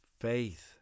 faith